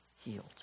healed